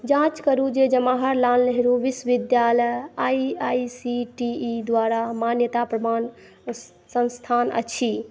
जांँच करू जे जवाहरलाल नेहरू विश्वविद्यालय I I C T E द्वारा मान्यता प्रमाण संस्थान अछि